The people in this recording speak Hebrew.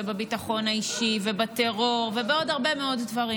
בביטחון האישי ובטרור ובעוד הרבה מאוד דברים.